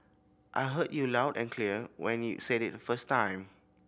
I heard you loud and clear when you said it the first time